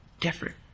different